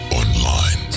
online